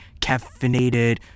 caffeinated